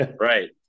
right